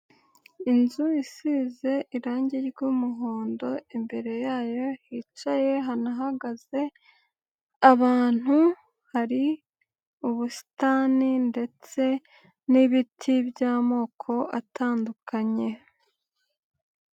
Inzu isize irangi ry'umuhondo imbere yayo hicaye hanahagaze abantu, hari ubusitani ndetse n'ibiti by'amoko atandukanye.